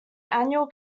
annual